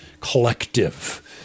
collective